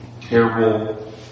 terrible